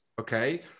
okay